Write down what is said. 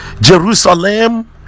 Jerusalem